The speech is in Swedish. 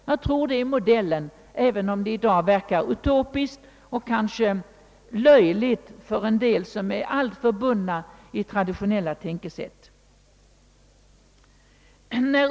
Jag tror att det är modellen, även om det i dag verkar utopiskt och kanske löjligt för en del som är alltför bundna vid traditionella tänkesätt.